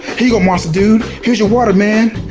here you go monster dude here's your water man,